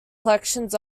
collections